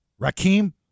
Rakim